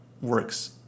works